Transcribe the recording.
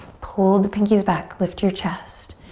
pull the pinkies back, lift your chest.